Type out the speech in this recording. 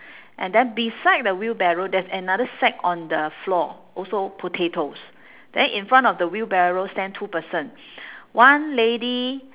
and then beside the wheelbarrow there's another sack on the floor also potatoes then in front of the wheelbarrow stand two person one lady